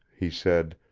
he said,